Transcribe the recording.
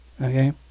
Okay